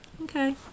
okay